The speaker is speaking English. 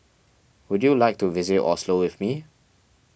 would you like to visit Oslo with me